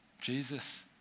Jesus